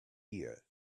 ear